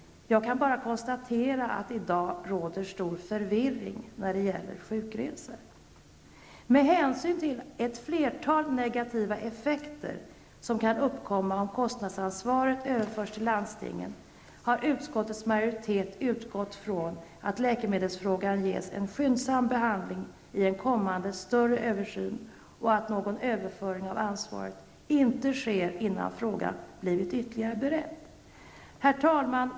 Jag kan bara konstatera att det i dag råder stor förvirring när det gäller sjukresor. Med hänsyn till ett flertal negativa effekter som kan uppkomma om kostnadsansvaret överförs till landstingen har utskottets majoritet utgått från att läkemedelsfrågan ges en skyndsam behandling i en kommande större översyn och att någon överföring av ansvaret inte sker innan frågan har blivit ytterligare beredd. Herr talman!